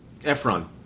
Efron